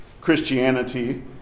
Christianity